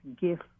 gift